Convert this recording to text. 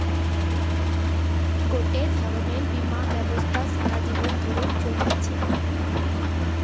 গটে ধরণের বীমা ব্যবস্থা সারা জীবন ধরে চলতিছে